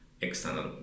external